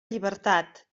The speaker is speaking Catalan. llibertat